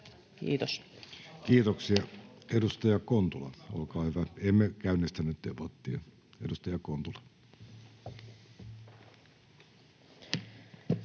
Content: Kiitoksia.— Edustaja Kontula, olkaa hyvä. Emme käynnistä nyt debattia. [Speech 202]